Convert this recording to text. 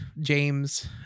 James